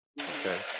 Okay